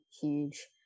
huge